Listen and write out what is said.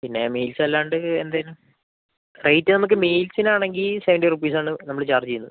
പിന്നെ മീൽസ് അല്ലാണ്ട് എന്തെങ്കിലും റേറ്റ് നമുക്ക് മീൽസിനാണെങ്കിൽ സെവന്റി റുപ്പീസ് ആണ് നമ്മൾ ചാർജ് ചെയ്യുന്നത്